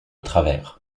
travers